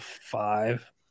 five